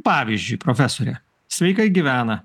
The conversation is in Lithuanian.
pavyzdžiui profesore sveikai gyvena